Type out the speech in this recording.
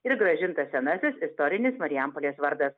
ir grąžintas senasis istorinis marijampolės vardas